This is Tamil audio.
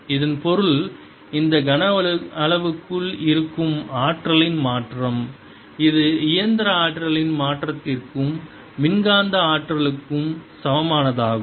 இதன் பொருள் இந்த கன அளவுக்குள் இருக்கும் ஆற்றலின் மாற்றம் இது இயந்திர ஆற்றலின் மாற்றத்திற்கும் மின்காந்த ஆற்றலுக்கும் சமமானதாகும்